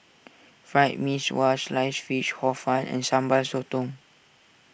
Fried Mee Sua Sliced Fish Hor Fun and Sambal Sotong